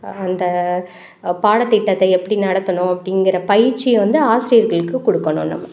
அந்த பாடத்திட்டத்தை எப்படி நடத்தணும் அப்படிங்கிற பயிற்சியை வந்து ஆசிரியர்களுக்கு கொடுக்கணும் நம்ம